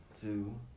two